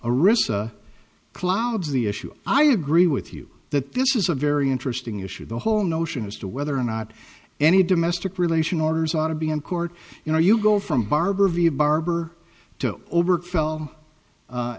a risk clouds the issue i agree with you that this is a very interesting issue the whole notion as to whether or not any domestic relation orders ought to be in court you know you go from barbara v barber to overt fell